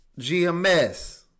GMS